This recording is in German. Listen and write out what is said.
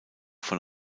von